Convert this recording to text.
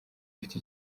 mfite